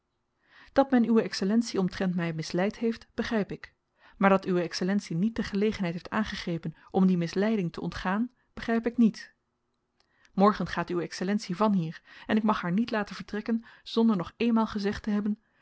dat men uwe excellentie omtrent my misleid heeft begryp ik maar dat uwe excellentie niet de gelegenheid heeft aangegrepen om die misleiding te ontgaan begryp ik niet morgen gaat uwe excellentie van hier en ik mag haar niet laten vertrekken zonder nog eenmaal gezegd te hebben